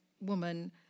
woman